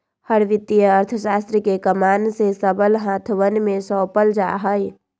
हर वित्तीय अर्थशास्त्र के कमान के सबल हाथवन में सौंपल जा हई